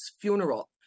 funeral